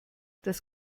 das